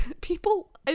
people